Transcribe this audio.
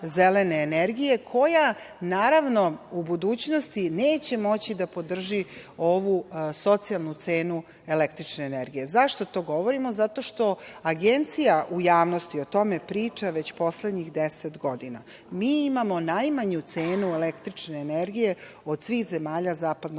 koja, naravno, u budućnosti neće moći da podrži ovu socijalnu cenu električne energije.Zašto to govorimo? Zato što Agencija u javnosti o tome priča već poslednjih 10 godina. Mi imamo najmanju cenu električne energije od svih zemalja zapadnog